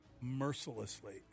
mercilessly